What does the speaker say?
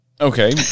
Okay